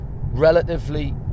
relatively